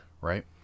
Right